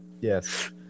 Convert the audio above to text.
Yes